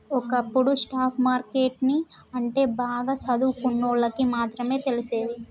ఒకప్పుడు stock market ని అంటే బాగా సదువుకున్నోల్లకి మాత్రమే తెలిసేది